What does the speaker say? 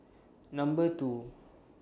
Number two